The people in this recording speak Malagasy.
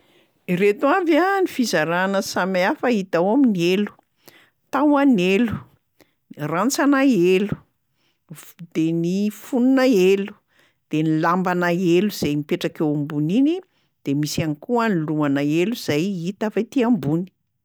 Reto avy a ny fizarana samihafa hita ao amin'ny helo: tahon'elo, rantsanà elo, f- de ny fononà elo, de ny lambanà elo zay mipetraka eo ambony iny de misy ihany koa ny lohanà elo zay hita avy aty ambony.